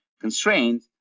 constrained